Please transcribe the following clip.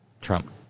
Trump